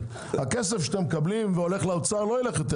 הכסף שאתם מקבלים והולך לאוצר לא ילך יותר